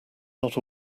not